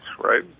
right